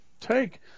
take